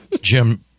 jim